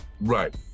Right